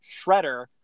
Shredder